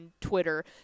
twitter